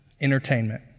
Entertainment